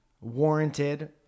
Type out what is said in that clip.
warranted